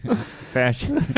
fashion